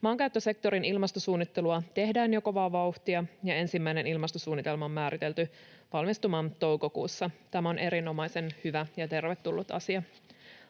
Maankäyttösektorin ilmastosuunnittelua tehdään jo kovaa vauhtia, ja ensimmäinen ilmastosuunnitelma on määritelty valmistumaan toukokuussa. Tämä on erinomaisen hyvä ja tervetullut asia.